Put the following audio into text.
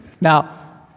Now